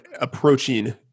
approaching